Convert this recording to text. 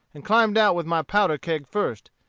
and climbed out with my powder-keg first,